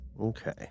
Okay